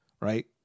right